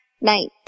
Night